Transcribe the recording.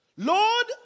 Lord